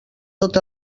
tot